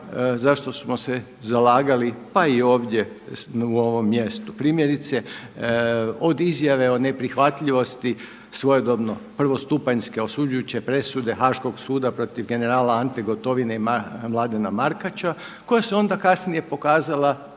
zašto smo se zalagali pa i ovdje u ovom mjestu, primjerice od izjave o neprihvatljivosti svojedobno prvostupanjske osuđujuće presude Haaškog suda protiv generala Ante Gotovine i Mlade Markača koja se onda kasnije pokazala